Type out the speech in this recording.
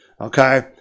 okay